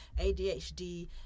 ADHD